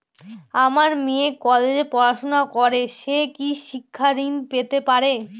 আমার মেয়ে কলেজে পড়াশোনা করে সে কি শিক্ষা ঋণ পেতে পারে?